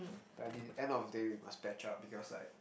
but at the end of the day we must patch up because like